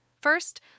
First